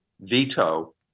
veto